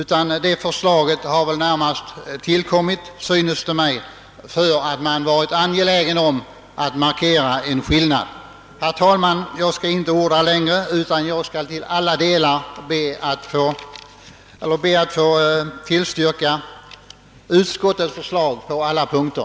Förslaget har väl närmast tillkommit, synes det mig, för att man varit angelägen om att markera en skillnad. Herr talman! Jag skall inte orda längre, utan jag ber att få tillstyrka utskottets förslag på alla punkter.